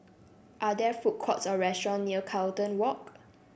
are there food courts or restaurant near Carlton Walk